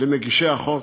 למגישי החוק.